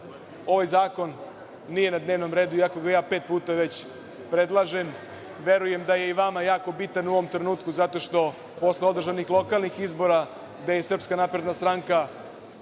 ovaj zakon nije na dnevnom redu, iako ga već pet puta predlažem. Verujem da je i vama jako bitan u ovom trenutku zato što posle održanih lokalnih izbora, gde je SNS pobedila